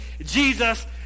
Jesus